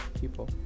people